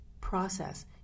process